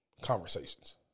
conversations